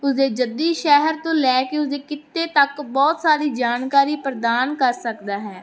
ਉਸਦੇ ਜੱਦੀ ਸ਼ਹਿਰ ਤੋਂ ਲੈ ਕੇ ਉਸਦੇ ਕਿੱਤੇ ਤੱਕ ਬਹੁਤ ਸਾਰੀ ਜਾਣਕਾਰੀ ਪ੍ਰਦਾਨ ਕਰ ਸਕਦਾ ਹੈ